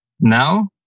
Now